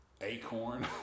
acorn